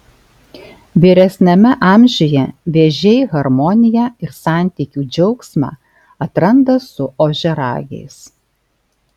vyresniame amžiuje vėžiai harmoniją ir santykių džiaugsmą atranda su ožiaragiais